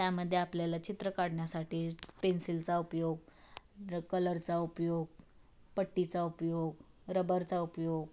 त्यामध्ये आपल्याला चित्र काढण्यासाठी पेन्सिलचा उपयोग र कलरचा उपयोग पट्टीचा उपयोग रबरचा उपयोग